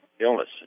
illness